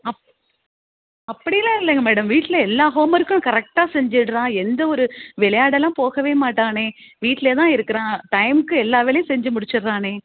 அப்படிலாம் இல்லைங்க மேடம் வீட்டில் எல்லா ஹோம் ஒர்க்கும் கரெக்டாக செஞ்சிடுறான் எந்த ஒரு விளையாடெல்லாம் போகவே மாட்டான் வீட்லேயே தான் இருக்கிறான் டைமுக்கு எல்லா வேலையும் செஞ்சு முடிச்சிடுறானே